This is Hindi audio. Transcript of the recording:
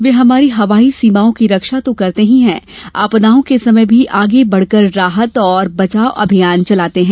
वे हमारी हवाई सीमाओं की रक्षा तो करते ही हैं आपदाओं के समय भी आगे बढकर राहत और बचाव अभियान चलाते हैं